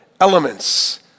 elements